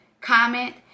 comment